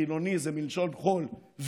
חילוני זה מלשון חול,